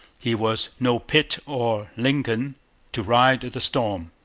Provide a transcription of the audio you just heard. he was no pitt or lincoln to ride the storm,